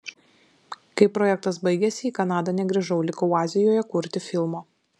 kai projektas baigėsi į kanadą negrįžau likau azijoje kurti filmo